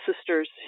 sister's